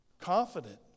confident